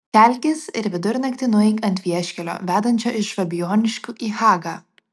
kelkis ir vidurnaktį nueik ant vieškelio vedančio iš fabijoniškių į hagą